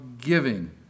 giving